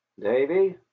davy